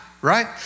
right